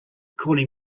calling